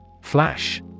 Flash